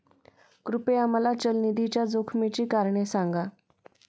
कृपया मला चल निधीच्या जोखमीची कारणे सांगा